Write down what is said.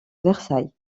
versailles